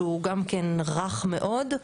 שהוא גם כן רך מאוד,